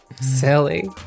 silly